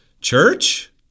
church